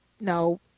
no